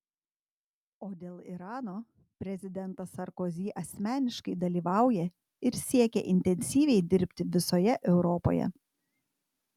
o dėl irano prezidentas sarkozy asmeniškai dalyvauja ir siekia intensyviai dirbti visoje europoje